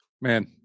Man